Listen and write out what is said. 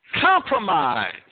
compromise